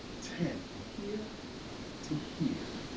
ten. from here to here.